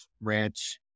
ranch